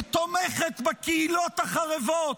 תומכת בקהילות החרבות,